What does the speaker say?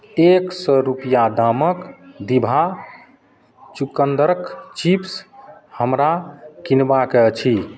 एक सए रुपैआ दामक दिभा चुकन्दरक चिप्स हमरा किनबाक अछि